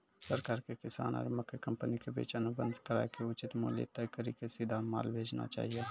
सरकार के किसान आरु मकई कंपनी के बीच अनुबंध कराय के उचित मूल्य तय कड़ी के सीधा माल भेजना चाहिए?